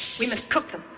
we must cook them.